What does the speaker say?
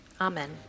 Amen